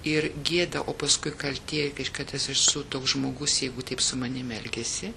ir gėda o paskui kaltė kad esi su toks žmogus jeigu taip su manimi elgėsi